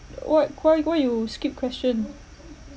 what why why you skip question